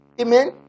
Amen